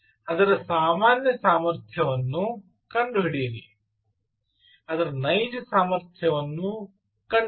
ಅದರ ಸಾಮಾನ್ಯ ಸಾಮರ್ಥ್ಯವನ್ನು ಕಂಡುಹಿಡಿಯಿರಿ ಅದರ ನೈಜ ಸಾಮರ್ಥ್ಯವನ್ನು ಕಂಡುಹಿಡಿಯಿರಿ